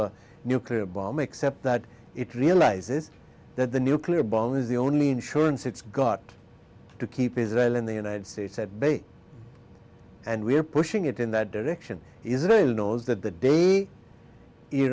a nuclear bomb except that it realizes that the nuclear bomb is the only insurance it's got to keep israel in the united states at bay and we're pushing it in that direction israel knows that the day